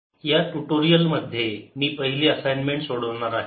solution assignment 1 problems 1 3 या tutorial मध्ये मी पहिली असाइनमेंट सोडवणार आहे